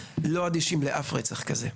לא אדישים לאף מקרה רצח כזה.